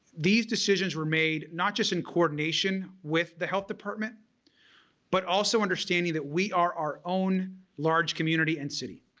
these decisions were made not just in coordination with the health department but also understanding that we are our own large community and city.